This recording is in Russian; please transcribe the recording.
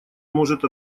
может